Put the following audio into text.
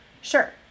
sure